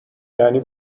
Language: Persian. یعنی